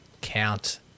count